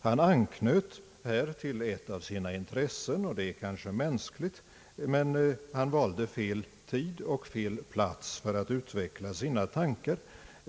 Han anknöt här till ett av sina intressen, och det är kanske mänskligt, men han valde fel tid och fel plats för att utveckla sina tanker.